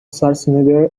schwarzenegger